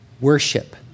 worship